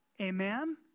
Amen